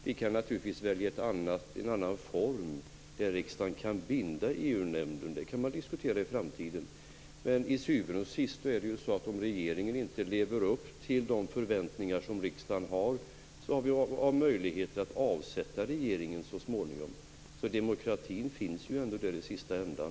Vi kan naturligtvis välja en annan form där riksdagen kan binda EU-nämnden. Det kan man diskutera i framtiden. Men till syvende och sist har man möjlighet att avsätta regeringen om den inte lever upp till de förväntningar som riksdagen har. Demokratin finns ändå där i slutändan.